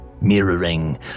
mirroring